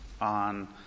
on